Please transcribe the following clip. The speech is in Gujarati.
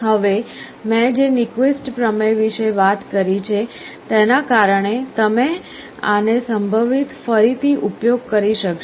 હવે મેં જે Nyquist પ્રમેય વિશે વાત કરી છે તેના કારણે તમે આને સંભવત ફરીથી ઉપયોગ કરી શકશો